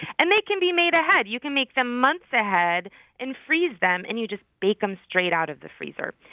and they can be made ahead you can make them months ahead and freeze them. and you just bake them straight out of the freezer.